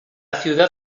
ciudad